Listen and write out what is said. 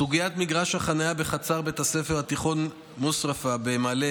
סוגיית מגרש החנייה בחצר בית הספר התיכון מושרייפה במעלה